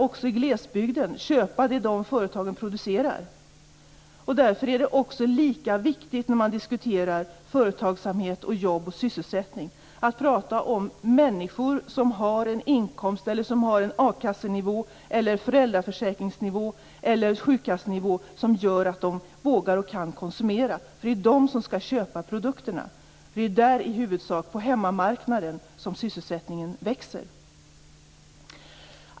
Vem skall köpa det som företagen i glesbygden producerar? När man diskuterar företagsamhet, jobb och sysselsättning är det lika viktigt att diskutera att människor har en inkomst, en a-kassenivå, en föräldraförsäkringsnivå eller en sjukkassenivå som gör att de vågar och kan konsumera. Det är dessa människor som skall köpa produkterna. Det är i huvudsak på hemmamarknaden som sysselsättningen växer.